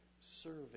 serving